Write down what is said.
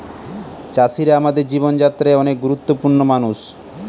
চাষিরা আমাদের জীবন যাত্রায় অনেক গুরুত্বপূর্ণ মানুষ